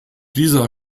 dieser